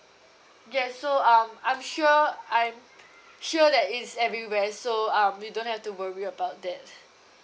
yes so um I'm sure I'm sure that it's everywhere so um you don't have to worry about that